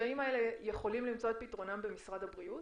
הקשיים האלה יכולים למצוא את פתרונם במשרד הבריאות?